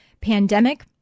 pandemic